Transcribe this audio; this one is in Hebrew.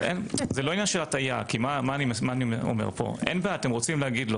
זה לא עניין של הטעיה כי מה אני אומר אתם רוצים להגיד לא